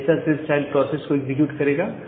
यह हिस्सा सिर्फ चाइल्ड प्रोसेस को एग्जीक्यूट करेगा